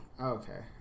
Okay